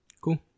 Cool